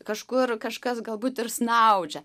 kažkur kažkas galbūt ir snaudžia